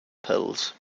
pills